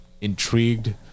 intrigued